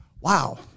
wow